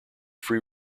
free